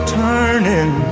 turning